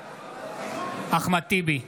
בעד אחמד טיבי,